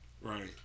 Right